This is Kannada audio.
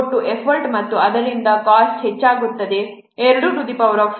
ಒಟ್ಟು ಎಫರ್ಟ್ ಮತ್ತು ಆದ್ದರಿಂದ ಕಾಸ್ಟ್ ಎಷ್ಟು ಹೆಚ್ಚಾಗುತ್ತದೆ